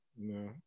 No